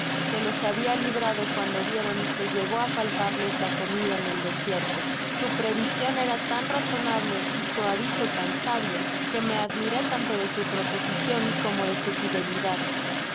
que los habia librado cuando vieron que llegó á faltarles la comida en el desierto su provision era tan razonable y su aviso tan sabio que me admiré tanto de su proposicion como de su fidelidad en